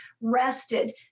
rested